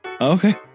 Okay